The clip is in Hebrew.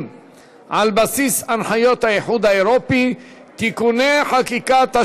על בסיס הנחיות האיחוד האירופי (תיקוני חקיקה),